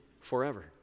forever